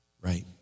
right